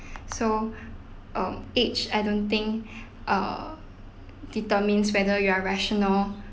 so um age I don't think uh determines whether you are rational